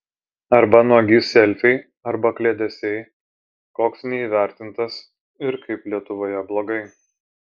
arba nuogi selfiai arba kliedesiai koks neįvertintas ir kaip lietuvoje blogai